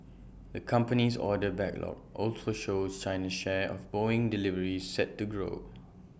the company's order backlog also shows China's share of boeing deliveries set to grow